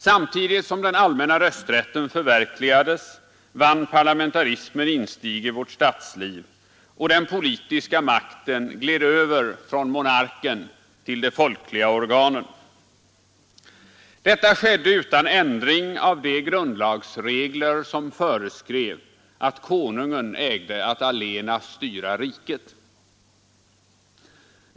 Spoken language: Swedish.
Samtidigt som den allmänna rösträtten förverkligades vann parlamentarismen insteg i vårt statsliv, och den politiska makten gled över från monarken till de folkliga organen. Detta skedde utan ändring av de grundlagsregler som föreskrev att konungen ägde att allena styra riket.